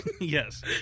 Yes